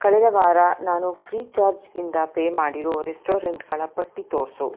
ಕಳೆದ ವಾರ ನಾನು ಫ್ರೀ ಚಾರ್ಜ್ ಇಂದ ಪೇ ಮಾಡಿರೋ ರೆಸ್ಟೊರಂಟ್ಗಳ ಪಟ್ಟಿ ತೋರಿಸು